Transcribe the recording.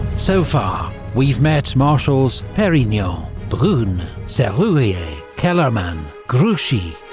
so far we've met marshals perignon, brune. serurier. kellermann. grouchy.